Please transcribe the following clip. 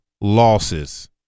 losses